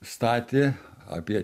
statė apie